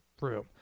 room